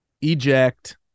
eject